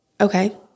Okay